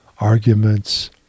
arguments